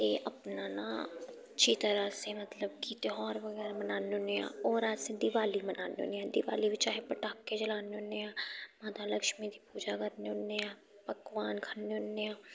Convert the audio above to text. ते अपना ना जेकर असें मतलब कि तेहार बगैरा मनाने होन्ने आं होर अस देआली मनान्ने होन्ने आं देआली बिच्च अस पटाके जलान्ने होन्ने आं ते माता लक्ष्मी दी पूजा करने होन्ने आं पकवान खन्ने होन्ने आं